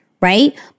right